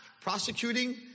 prosecuting